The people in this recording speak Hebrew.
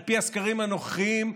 על פי הסקרים הנוכחיים,